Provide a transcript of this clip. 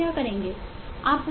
आप क्या करेंगे